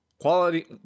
quality